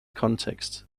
context